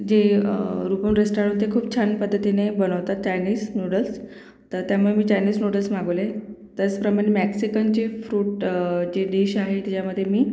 जे रुपल रेस्टाळन ते खूप छान पद्धतीने बनवतात चायनीस नूडल्स तर त्यामुळे मी चायनीस नूडल्स मागवले त्याचप्रमाणे मॅक्सिकन जी फ्रूट जी डिश आहे त्याच्यामध्ये मी